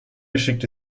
schickte